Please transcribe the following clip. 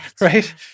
Right